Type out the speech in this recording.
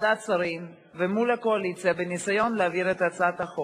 הוריו, ומה שקורה עד היום,